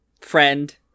friend